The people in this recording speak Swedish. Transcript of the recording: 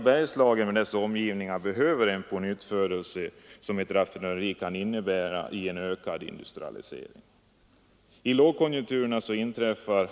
Bergslagen och dess omgivningar behöver den pånyttfödelse som ett raffinaderi kan innebära för en ökad industrialisering. I lågkonjunkturerna, som inträffar